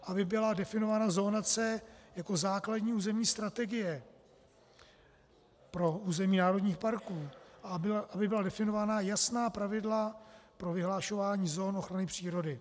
Aby byla definována zóna C jako základní územní strategie pro území národních parků, aby byla definována jasná pravidla pro vyhlašování zón ochrany přírody.